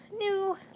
new